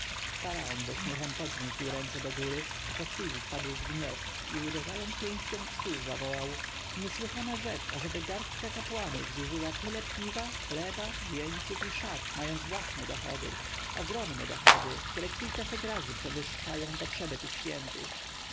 faraon ze śmiechem podniósł ręce do góry a po chwili wpadł w gniew i uderzając pięścią w stół zawołał niesłychana rzecz ażeby garstka kapłanów zużyła tyle piwa chleba wieńców i szat mając własne dochody ogromne dochody które kilkaset razy przewyższają potrzeby tych świętych